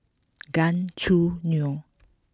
Gan Choo Neo